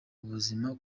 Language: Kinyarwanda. ubuzima